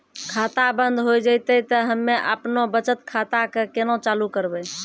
खाता बंद हो जैतै तऽ हम्मे आपनौ बचत खाता कऽ केना चालू करवै?